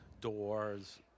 doors